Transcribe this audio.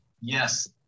Yes